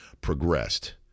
progressed